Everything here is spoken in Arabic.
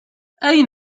أين